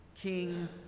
king